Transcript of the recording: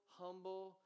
humble